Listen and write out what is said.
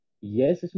yes